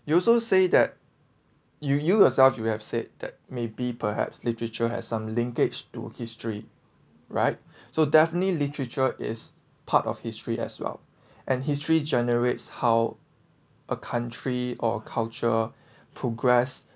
you also say that you yourself you have said that maybe perhaps literature has some linkage to history right so definitely literature is part of history as well and history generates how a country or culture progress